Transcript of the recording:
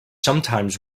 sometimes